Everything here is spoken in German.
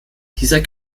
dieser